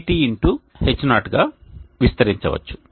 H0 గా విస్తరించవచ్చు